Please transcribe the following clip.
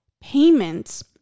payments